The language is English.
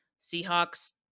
seahawks